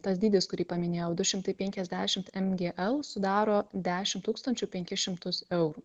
tas dydis kurį paminėjau du šimtai penkiasdešimt mgl sudaro dešim tūkstančių penkis šimtus eurų